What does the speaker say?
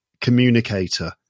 communicator